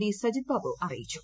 D Sajith Babu അറിയിച്ചു